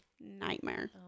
nightmare